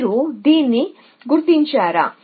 మీరు దీన్ని గుర్తించారా